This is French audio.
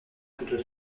plutôt